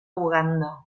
uganda